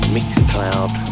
MixCloud